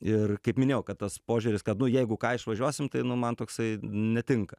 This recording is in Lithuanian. ir kaip minėjau kad tas požiūris kad nu jeigu ką išvažiuosim tai nu man toksai netinka